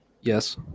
Yes